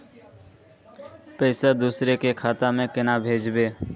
पैसा दूसरे के खाता में केना भेजबे?